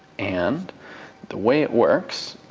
and the way it works,